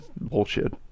bullshit